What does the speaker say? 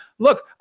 Look